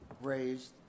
raised